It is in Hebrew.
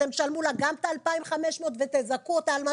אתם תשלמו לה גם את ה-2,500 ותזכו אותה על מה